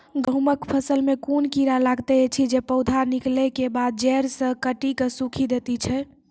गेहूँमक फसल मे कून कीड़ा लागतै ऐछि जे पौधा निकलै केबाद जैर सऽ काटि कऽ सूखे दैति छै?